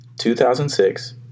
2006